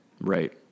Right